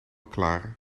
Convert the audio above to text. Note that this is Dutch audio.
klaar